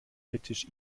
britisch